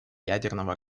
ядерного